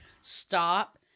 stop